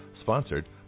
sponsored